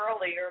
earlier